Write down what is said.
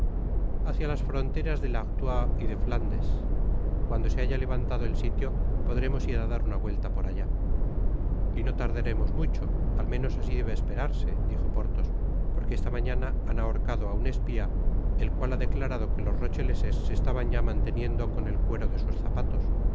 hácia las fronteras del artois y de flandes cuando se haya levantado el sitio podremos ir á dar una vuelta por allá y no tardaremos mucho al menos así debe esperarse dijo porthos porque esta mañana han ahorcado á un espía el cual ha declarado que los rocheleses se estaban ya manteniendo con el cuero de sus zapatos